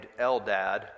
Eldad